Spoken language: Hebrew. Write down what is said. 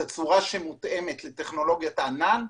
תצורה שמותאמת לטכנולוגית הענן.